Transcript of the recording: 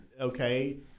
okay